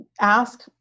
ask